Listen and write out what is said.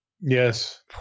Yes